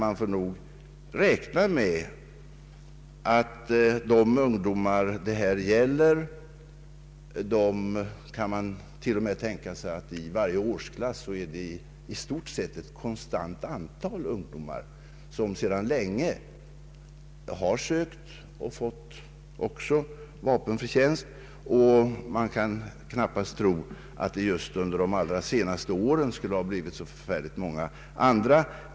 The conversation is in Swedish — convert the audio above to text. Vi får nog räkna med att det i varje årsklass finns i stort sett samma antal ungdomar som uppfyller lagens villkor om vapenfri tjänst. Det finns knappast anledning tro att de just under de allra senaste åren skulle ha blivit så förfärligt många flera.